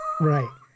Right